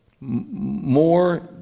more